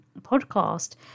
podcast